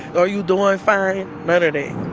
are you doing fine? none and